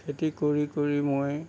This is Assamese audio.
খেতি কৰি কৰি মই